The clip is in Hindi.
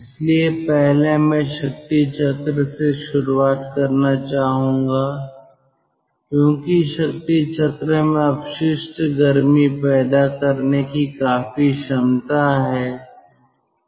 इसलिए पहले मैं शक्ति चक्र से शुरुआत करना चाहूंगा क्योंकि शक्ति चक्र में अपशिष्ट गर्मी पैदा करने की काफी क्षमता है